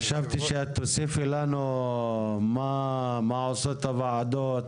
חשבתי שתוסיפי לנו מה עושות הוועדות,